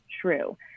true